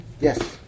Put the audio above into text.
yes